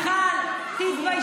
אני לא מתבלבלת, מיכל, תתביישי.